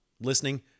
listening